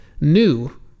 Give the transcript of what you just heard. new